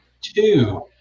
two